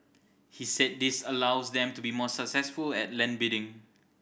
he said this allows them to be more successful at land bidding